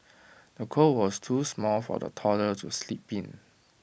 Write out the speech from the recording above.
the cot was too small for the toddler to sleep in